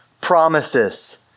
promises